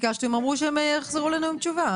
ביקשתי והם אמרו שהם יחזרו אלינו עם תשובה.